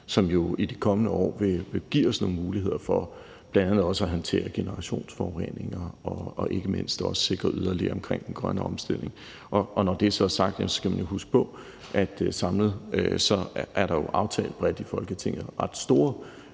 som jo i de kommende år vil kunne give os nogle muligheder for bl.a. at håndtere generationsforureninger og ikke mindst også sikre yderligere omkring den grønne omstilling. Når det så er sagt, skal man jo huske på, at der samlet set bredt i Folketinget er